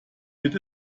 mit